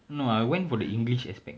no I went for the english aspect